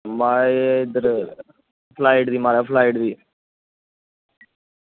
ना म्हाराज एह् इद्धर फ्लाइट दी फ्लाइट दी